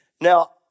Now